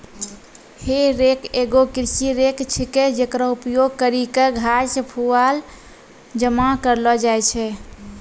हे रेक एगो कृषि रेक छिकै, जेकरो उपयोग करि क घास, पुआल जमा करलो जाय छै